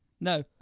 no